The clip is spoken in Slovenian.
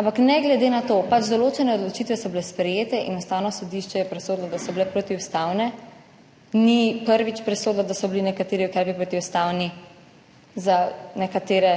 Ampak ne glede na to, določene odločitve so bile sprejete in Ustavno sodišče je presodilo, da so bile protiustavne. Ni prvič presodilo, da so bili nekateri ukrepi protiustavni. Za nekatere